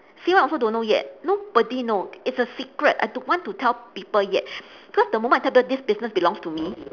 steven also don't know yet nobody know it's a secret I don't want to tell people yet cause the moment I tell people this business belongs to me